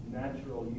natural